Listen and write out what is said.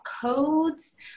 codes